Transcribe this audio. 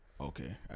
Okay